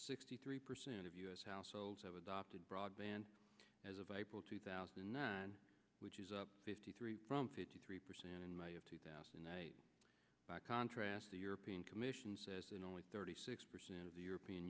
sixty three percent of u s households have adopted broadband as of april two thousand and nine which is up fifty three from fifty three percent in may of two thousand and by contrast the european commission says in only thirty six percent of the european